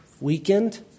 weakened